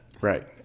right